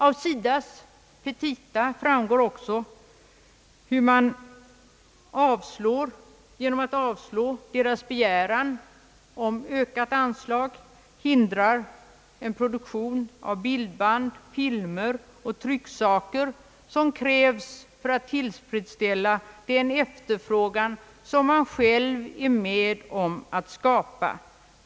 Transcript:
Av SIDA:s petita framgår också, hur man genom att avslå dess begäran om ökat anslag hindrar den produktion av bildband, filmer och trycksaker som krävs för att tillfredsställa den efterfrågan som man själv är med om att skapa.